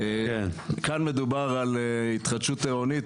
כאן מדובר על התחדשות עירונית,